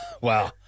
Wow